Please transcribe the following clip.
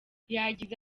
yagize